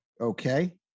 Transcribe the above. Okay